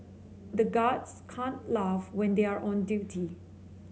the guards can't laugh when they are on duty